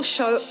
Show